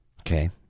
Okay